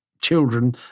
children